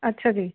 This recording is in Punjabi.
ਅੱਛਾ ਜੀ